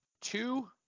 two